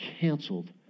canceled